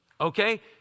okay